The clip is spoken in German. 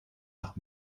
nach